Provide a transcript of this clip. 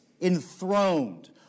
enthroned